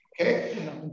okay